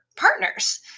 Partners